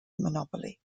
monopoly